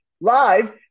live